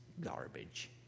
garbage